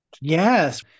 Yes